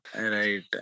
Right